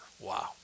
Wow